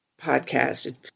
podcast